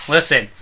Listen